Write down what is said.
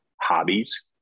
hobbies